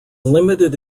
limited